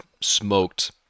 smoked